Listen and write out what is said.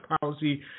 policy